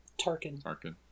Tarkin